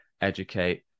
educate